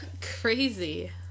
Crazy